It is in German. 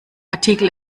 artikel